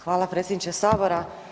Hvala predsjedniče sabora.